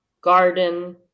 garden